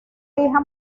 hija